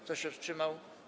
Kto się wstrzymał?